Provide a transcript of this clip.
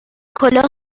کلاه